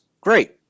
Great